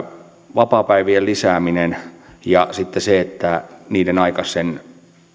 vapaapäivien lisääminen ja sitten se että niiden aikainen